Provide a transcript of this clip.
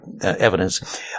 evidence